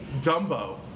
Dumbo